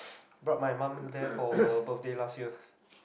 brought my mum there for her birthday last year